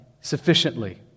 sufficiently